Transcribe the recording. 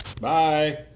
Bye